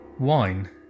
Wine